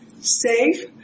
safe